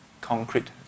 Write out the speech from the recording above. concrete